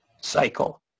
cycle